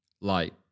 light